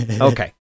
Okay